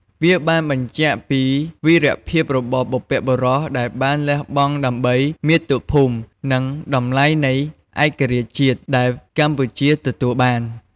វាបានបញ្ជាក់ពីវីរភាពរបស់បុព្វបុរស ដែលបានលះបង់ដើម្បីមាតុភូមិ និងតម្លៃនៃឯករាជ្យជាតិ ដែលកម្ពុជាទទួលបាន។